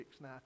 Now